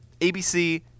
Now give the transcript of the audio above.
ABC